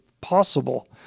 possible